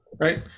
right